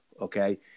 okay